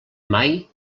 mai